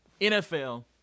NFL